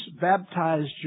baptized